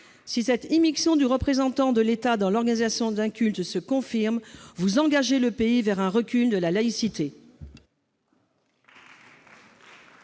Si cette immixtion du représentant de l'État dans l'organisation d'un culte se confirme, vous engagez le pays dans un recul de la laïcité